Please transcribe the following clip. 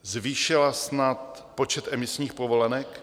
Zvýšila snad počet emisních povolenek?